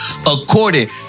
According